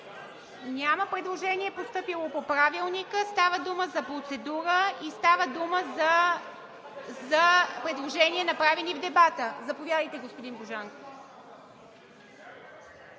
Няма предложение, постъпило по Правилника, става дума за процедура и става дума за предложения, направени в дебата. Заповядайте, господин Божанков.